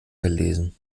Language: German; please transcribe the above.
gelesen